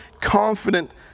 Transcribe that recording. confident